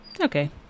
Okay